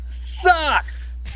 sucks